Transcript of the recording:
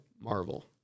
marvel